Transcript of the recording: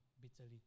bitterly